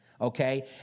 Okay